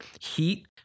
heat